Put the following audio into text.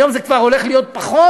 היום זה כבר הולך להיות פחות,